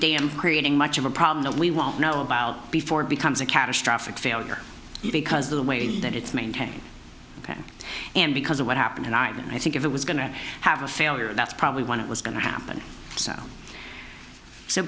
dam creating much of a problem that we won't know about before it becomes a catastrophic failure because the way that it's maintained and because of what happened in ivan i think if it was going to have a failure that's probably what it was going to happen so so